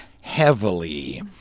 heavily